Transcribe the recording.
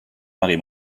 marée